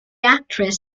actress